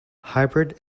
hybrid